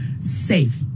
safe